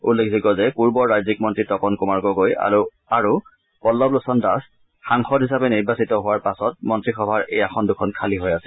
উল্লেখযোগ্য যে পূৰ্বৰ ৰাজ্যিক মন্ত্ৰী তপন কুমাৰ গগৈ আৰু পল্লৱলোচন দাস সাংসদ হিচাপে নিৰ্বাচিত হোৱাৰ পাছত মন্ত্ৰীসভাৰ এই আসন দুখন খালী হৈ আছিল